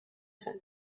zen